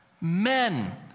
Men